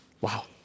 Wow